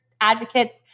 advocates